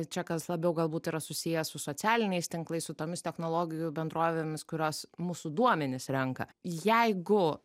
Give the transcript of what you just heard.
čia kas labiau galbūt yra susiję su socialiniais tinklais su tomis technologijų bendrovėmis kurios mūsų duomenis renka jeigu